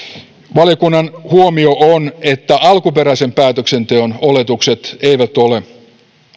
valiokunnan huomio on että alkuperäisen päätöksenteon oletukset eivät ole